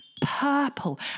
purple